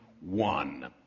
one